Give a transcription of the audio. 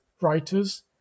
writers